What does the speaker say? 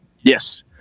Yes